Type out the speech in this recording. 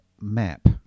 map